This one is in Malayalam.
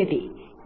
ശരി